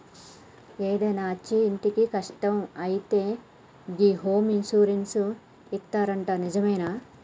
ఏదైనా అచ్చి ఇంటికి నట్టం అయితే గి హోమ్ ఇన్సూరెన్స్ ఇత్తరట నిజమేనా